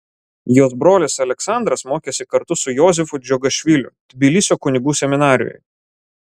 jos brolis aleksandras mokėsi kartu su josifu džiugašviliu tbilisio kunigų seminarijoje